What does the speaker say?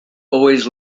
always